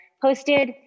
posted